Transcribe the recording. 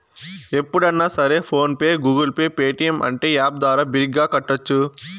ఎప్పుడన్నా సరే PhonePe Google Pay Paytm అంటే యాప్ ద్వారా బిరిగ్గా కట్టోచ్చు